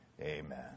Amen